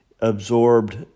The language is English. absorbed